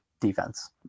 defense